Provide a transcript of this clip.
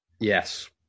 Yes